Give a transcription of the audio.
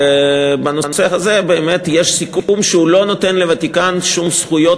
בנושא הזה באמת יש סיכום שלא נותן לוותיקן שום זכויות